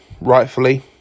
rightfully